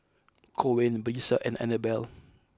Coen Brisa and Annabelle